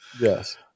Yes